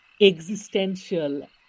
existential